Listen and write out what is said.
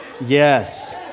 Yes